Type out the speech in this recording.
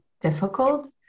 difficult